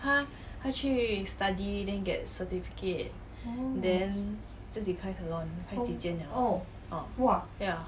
她去 study then get certificate then 自己开 salon 开几间了 orh ya